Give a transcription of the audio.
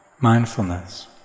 mindfulness